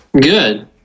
Good